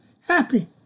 happy